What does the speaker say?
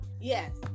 Yes